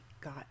got